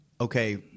okay